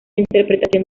interpretación